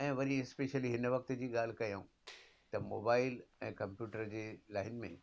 ऐं वरी स्पैशली हिन वक़्त जी ॻाल्हि कयऊं त मोबाइल ऐं कंम्पयुटर जे लाइन में